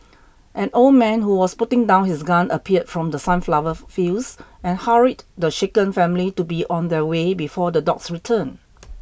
an old man who was putting down his gun appeared from the sunflower fields and hurried the shaken family to be on their way before the dogs return